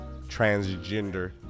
Transgender